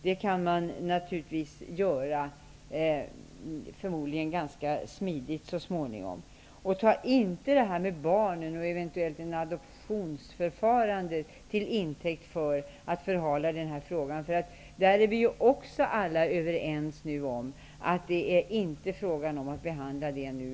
De kan man förmodligen ändra ganska smidigt så småningom. Ta inte detta med barnen och ett eventuellt adoptionsförfarande till intäkt för att förhala denna fråga. Vi är ju alla överens om att den frågan inte skall behandlas nu.